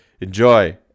Enjoy